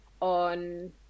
on